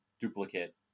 duplicate